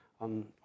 on